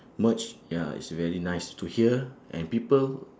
merge ya it's very nice to hear and people